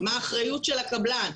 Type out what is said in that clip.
מה האחריות של הקבלן,